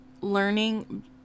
learning